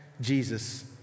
Jesus